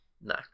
No